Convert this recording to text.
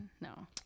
no